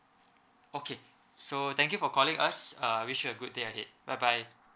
okay so thank you for calling us I wish you a good day ahead bye bye